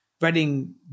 Reading